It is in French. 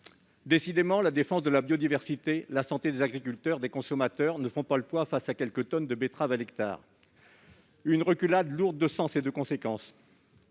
Décidément, la défense de la biodiversité et la santé des agriculteurs et des consommateurs ne font pas le poids face à quelques tonnes de betteraves à l'hectare. C'est une reculade lourde de sens et de conséquences